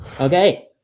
Okay